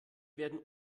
werden